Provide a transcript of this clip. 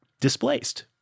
displaced